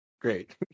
Great